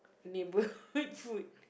neighbourhood food